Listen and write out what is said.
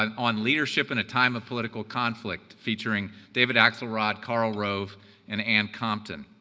um on leadership in a time of political conflict featuring david axelrod, carl rove and ann compton.